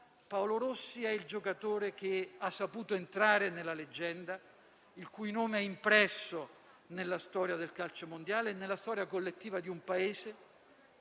Paolo Rossi è il giocatore che ha saputo entrare nella leggenda, il cui nome è impresso nella storia del calcio mondiale e nella storia collettiva di un Paese